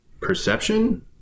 Perception